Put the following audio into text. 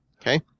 Okay